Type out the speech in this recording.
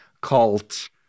cult